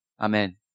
Amen